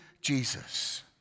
Jesus